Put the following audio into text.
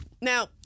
Now